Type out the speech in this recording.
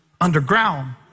underground